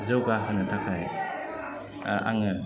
जौगाहोनो थाखाय आङो